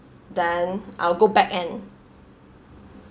then I'll go back and